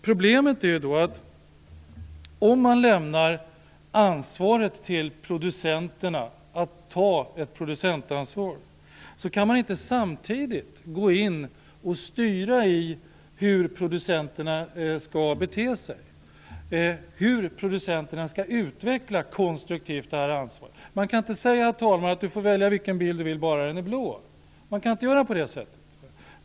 Problemet är då att om man lämnar ansvaret till producenterna att ta ett producentansvar kan man inte samtidigt gå in och styra hur producenterna skall bete sig, hur producenterna skall utveckla konstruktivt ansvar. Herr talman! Man kan inte säga: Du får välja vilken bil du vill, bara den är blå. Man kan inte göra på det sättet.